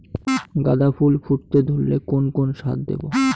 গাদা ফুল ফুটতে ধরলে কোন কোন সার দেব?